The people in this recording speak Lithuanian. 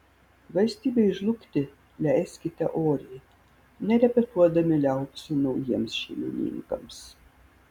valstybei žlugti leiskite oriai nerepetuodami liaupsių naujiems šeimininkams